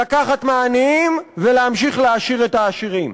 לקחת מהעניים ולהמשיך להעשיר את העשירים.